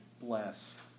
bless